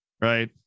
right